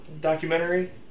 documentary